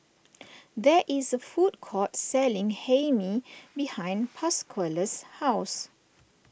there is a food court selling Hae Mee behind Pasquale's house